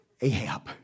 Ahab